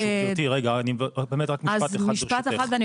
משפט אחד, ברשותך.